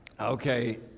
Okay